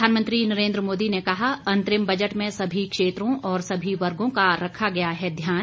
प्रधानमंत्री नरेन्द्र मोदी ने कहा अंतरिम बजट में सभी क्षेत्रों और सभी वर्गो का रखा गया है ध्यान